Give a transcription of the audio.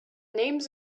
names